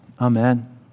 Amen